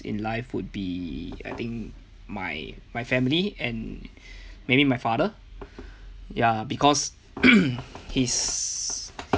in life would be I think my my family and maybe my father ya because his